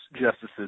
justices